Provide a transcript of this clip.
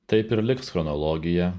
taip ir liks chronologija